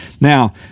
Now